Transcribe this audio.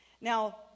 Now